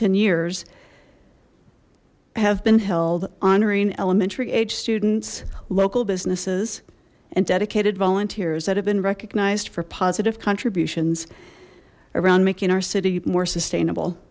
ten years have been held honoring elementary age students local businesses and dedicated volunteers that have been recognized for positive contributions around making our city more sustainable